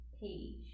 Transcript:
Page